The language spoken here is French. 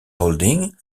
holding